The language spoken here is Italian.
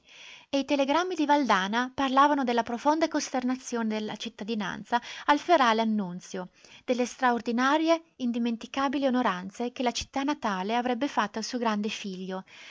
e i telegrammi di valdana parlavano della profonda costernazione della cittadinanza al ferale annunzio delle straordinarie indimenticabili onoranze che la città natale avrebbe fatto al suo grande figlio